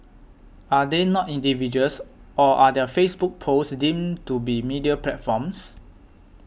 are they not individuals or are their Facebook posts deemed to be media platforms